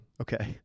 Okay